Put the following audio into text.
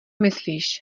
myslíš